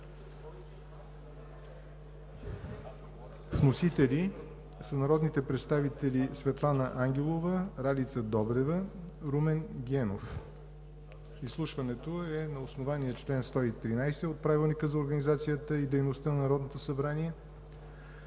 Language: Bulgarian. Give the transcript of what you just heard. Вносители са народните представители Светлана Ангелова, Ралица Добрева и Румен Генов. Изслушването е на основание чл. 113 от Правилника за организацията и дейността на Народното събрание